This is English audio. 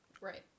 Right